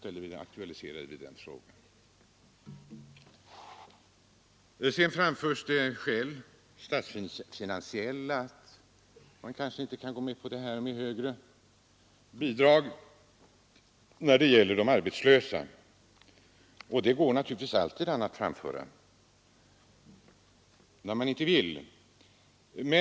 Man anför statsfinansiella skäl för att man inte kan vara med på högre bidrag när det gäller de arbetslösa. Det går naturligtvis alltid an att framföra skäl emot, när man inte vill.